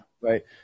right